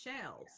shells